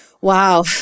Wow